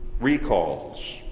Recalls